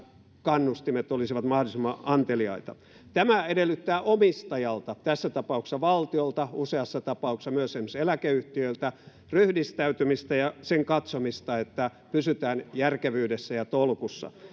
kannustimet olisivat mahdollisimman anteliaita tämä edellyttää omistajalta tässä tapauksessa valtiolta useassa tapauksessa myös esimerkiksi eläkeyhtiöiltä ryhdistäytymistä ja sen katsomista että pysytään järkevyydessä ja tolkussa